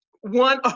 one